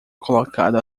colocado